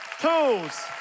tools